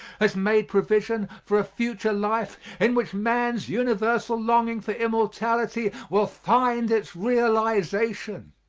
has made provision for a future life in which man's universal longing for immortality will find its realization.